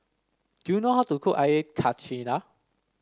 do you know how to cook Air Karthira